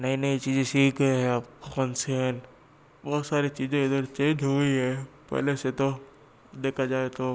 नई नई चीज़ें सीख रहे हैं अब बहुत सारी चीज़ें इधर से चेंज हुई है पहले से तो देखा जाए तो